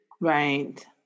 Right